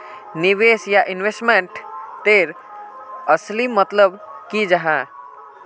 निवेश या इन्वेस्टमेंट तेर असली मतलब की जाहा?